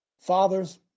fathers